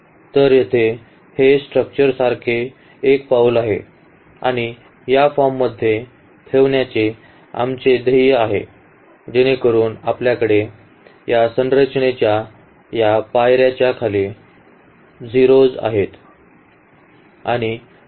तर येथे हे स्ट्रक्चरसारखे एक पाऊल आहे आणि या फॉर्ममध्ये ठेवण्याचे आमचे ध्येय आहे जेणेकरून आपल्याकडे या संरचनेच्या या पायर्याच्या खाली या 0s आहेत